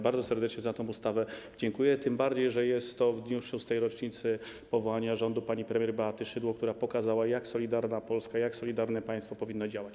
Bardzo serdecznie dziękuję za tę ustawę, tym bardziej że jest to w dniu szóstej rocznicy powołania rządu pani premier Beaty Szydło, która pokazała, jak solidarna Polska, jak solidarne państwo powinno działać.